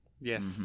Yes